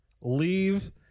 leave